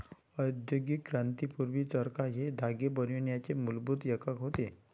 औद्योगिक क्रांती पूर्वी, चरखा हे धागे बनवण्याचे मूलभूत एकक होते